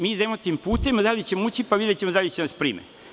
Mi idemo tim putem, a da li ćemo ući, pa videćemo da li će da nas prime.